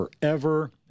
Forever